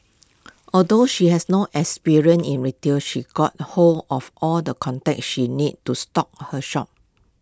although she had no experience in retail she got hold of all the contacts she needed to stock her shop